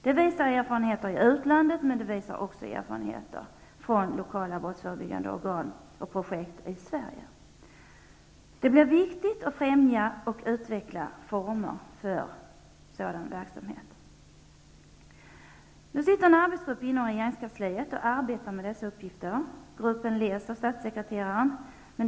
Det visar erfarenheter i utlandet, och det visar även erfarenheter från lokala brottsförebyggande organ och projekt i Sverige. Det blir viktigt att främja och utveckla former för sådan verksamhet. En arbetsgrupp inom regeringskansliet arbetar nu med dessa uppgifter. Gruppen leds av statssekreteraren.